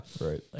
Right